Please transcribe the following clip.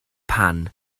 pan